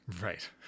Right